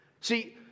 See